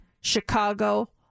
Chicago